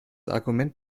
argument